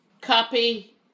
copy